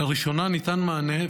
לראשונה ניתן מענה,